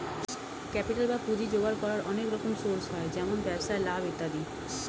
capital বা পুঁজি জোগাড় করার অনেক রকম সোর্স হয়, যেমন ব্যবসায় লাভ ইত্যাদি